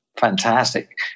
fantastic